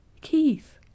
Keith